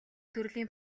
төрлийн